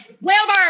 Wilbur